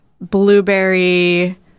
blueberry